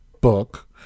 book